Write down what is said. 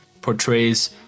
portrays